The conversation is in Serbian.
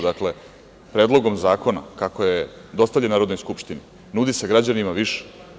Dakle, Predlogom zakona, kako je dostavljen Narodnoj skupštini, nudi se građanima više.